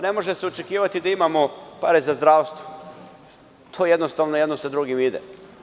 Ne može se očekivati da imamo pare za zdravstvo, to jednostavno jedno sa drugim ide.